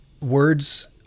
words